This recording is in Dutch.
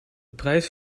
prijs